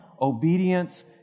obedience